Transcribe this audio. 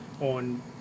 on